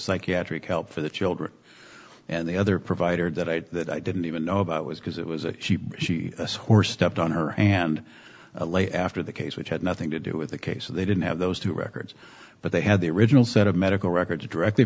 psychiatric help for the children and the other provider that i had that i didn't even know about was because it was a she she swore stepped on her hand lay after the case which had nothing to do with the case so they didn't have those two records but they had the original set of medical records directly